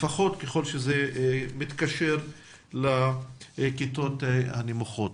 לפחות ככל שזה נוגע לכיתות הנמוכות.